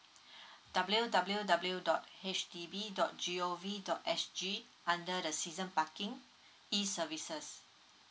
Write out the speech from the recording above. w w w dot H D B dot g o v dot s g under the season parking e services